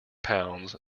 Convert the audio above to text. pounds